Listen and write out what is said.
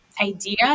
idea